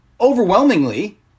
overwhelmingly